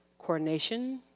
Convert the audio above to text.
coordination,